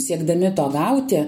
siekdami to gauti